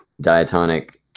diatonic